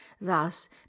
Thus